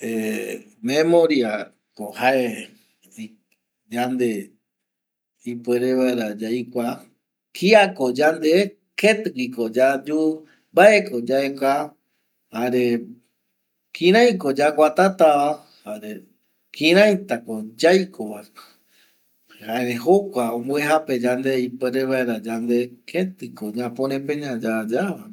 ˂Hesitation˃ Memoria ko jae yande ipuere vaera yaikua kiako yande, ketigüi ko yaiko, ketipa yaja yaiko erei jokua omboejape yande ipuere vaera yande keti ko ñaporepeña yayava.